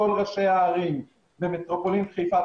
כל ראשי הערים במטרופולין חיפה ,